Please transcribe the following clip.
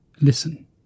listen